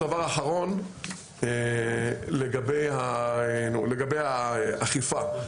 לגבי האכיפה,